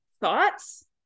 thoughts